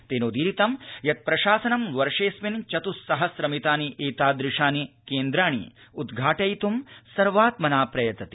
तेनोदीरितं यत् प्रशासनं वर्षेस्मिन् चत्स्सहस्र मितानि एतादृशानि केन्द्राणि उद्घाटयितुं सर्वात्मना प्रयतते